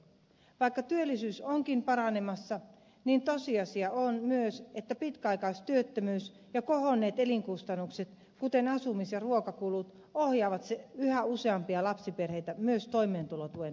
vaikka työllisyys onkin paranemassa tosiasia on myös että pitkäaikaistyöttömyys ja kohonneet elinkustannukset kuten asumis ja ruokakulut ohjaavat yhä useampia lapsiperheitä myös toimeentulotuen varaan